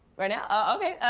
right now? ah, ok.